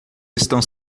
estão